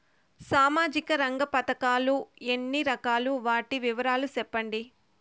సామాజిక రంగ పథకాలు ఎన్ని రకాలు? వాటి వివరాలు సెప్పండి